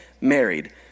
married